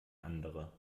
andere